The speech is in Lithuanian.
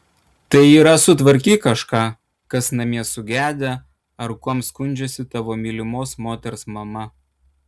tai yra sutvarkyk kažką kas namie sugedę ar kuom skundžiasi tavo mylimos moters mama